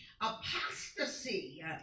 apostasy